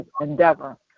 endeavor